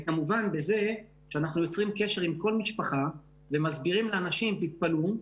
וכמובן בזה שאנחנו יוצרים קשר עם כל משפחה ומזכירים לאנשים תתפלאו,